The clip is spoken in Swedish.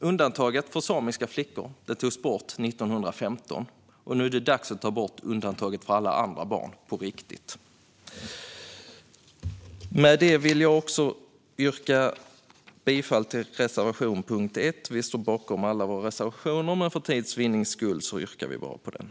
Undantaget för samiska flickor togs bort 1915. Nu är det dags att på riktigt ta bort undantagen för alla andra barn. Jag vill yrka bifall till vår reservation nr 1 under punkt 1. Vi står bakom alla våra reservationer, men för tids vinnande yrkar jag bifall endast till denna.